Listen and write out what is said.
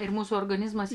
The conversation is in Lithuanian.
ir mūsų organizmas